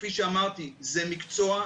כפי שאמרתי, זה מקצוע.